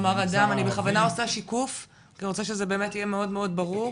אני בכוונה עושה שיקוף אני שזה יהיה מאוד ברור,